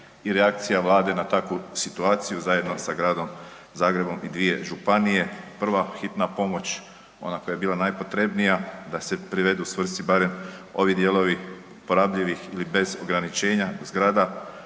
i reakcija vlade na takvu situaciju zajedno sa Gradom Zagrebom i dvije županije, prva hitna pomoć, ona koja je bila najpotrebnija da se privedu svrsi barem ovi dijelovi uporabljivih ili bez ograničenja zgrada,